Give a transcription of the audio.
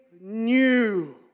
new